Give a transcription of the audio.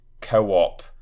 co-op